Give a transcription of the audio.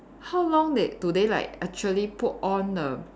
how long they do they like actually put on the